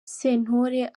sentore